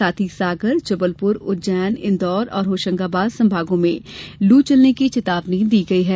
साथ ही सागर जबलपुर उज्जैन इन्दौर और होशंगाबाद संभागों में लू चलने की चेतावनी दी गई है